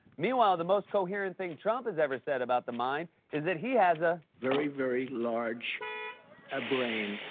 meanwhile, the most coherent thing trump has ever said about the mind is that he has a. very, very large a-brain.